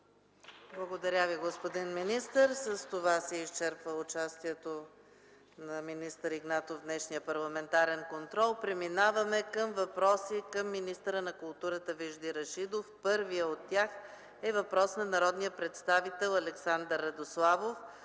Благодаря Ви, господин министър. С това се изчерпа участието на министър Игнатов в днешния парламентарен контрол. Следват въпроси към министъра на културата Вежди Рашидов. Първият от тях е на народния представител Александър Радославов